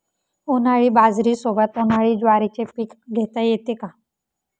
उन्हाळी बाजरीसोबत, उन्हाळी ज्वारीचे पीक घेता येते का?